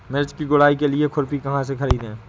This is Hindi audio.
मिर्च की गुड़ाई के लिए खुरपी कहाँ से ख़रीदे?